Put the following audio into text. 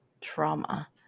trauma